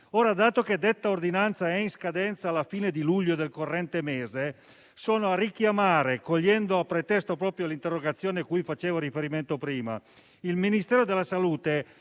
Dato che detta ordinanza è in scadenza alla fine di luglio del corrente mese, sono a richiamare, cogliendo a pretesto proprio l'interrogazione cui facevo riferimento prima, il Ministero della salute